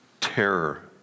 terror